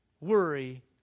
worry